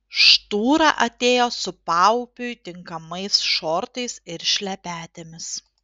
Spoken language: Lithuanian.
štūra atėjo su paupiui tinkamais šortais ir šlepetėmis